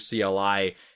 cli